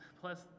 plus